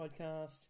podcast